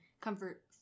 comfort